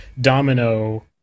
domino